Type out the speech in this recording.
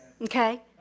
Okay